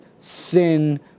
sin